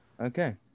Okay